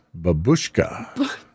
Babushka